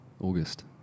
August